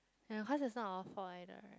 ya cause it's not our fault either right